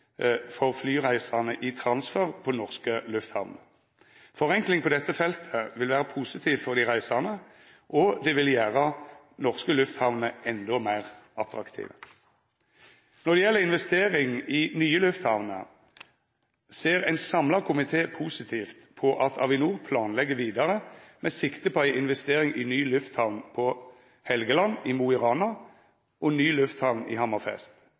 for flyreisande i transfer på norske lufthamner. Forenkling på dette feltet vil vera positivt for dei reisande, og det vil gjera norske lufthamner endå meir attraktive. Når det gjeld investering i nye lufthamner, ser ein samla komité positivt på at Avinor planlegg vidare med sikte på investering i ny lufthamn på Helgeland – i Mo i Rana – og ny lufthamn i